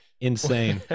Insane